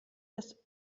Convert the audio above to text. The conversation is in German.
das